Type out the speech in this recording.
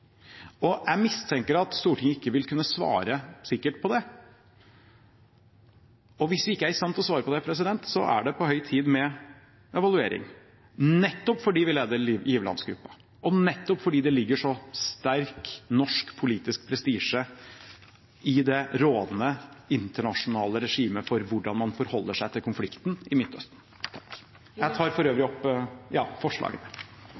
quo? Jeg mistenker at Stortinget ikke vil kunne svare sikkert på det. Og hvis vi ikke er i stand til å svare på det, er det på høy tid med evaluering, nettopp fordi vi leder giverlandsgruppen, og nettopp fordi det ligger så sterk norsk politisk prestisje i det rådende internasjonale regimet for hvordan man forholder seg til konflikten i Midtøsten. Jeg tar